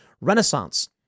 Renaissance